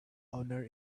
honour